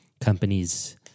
companies